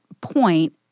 point